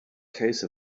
case